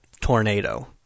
tornado